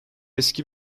eski